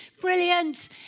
Brilliant